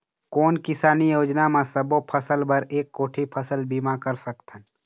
कोन किसानी योजना म सबों फ़सल बर एक कोठी फ़सल बीमा कर सकथन?